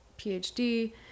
PhD